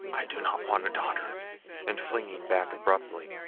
i do not want a daughter and flinging back abruptly,